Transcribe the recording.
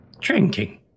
Drinking